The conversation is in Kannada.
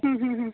ಹ್ಞೂ ಹ್ಞೂ ಹ್ಞೂ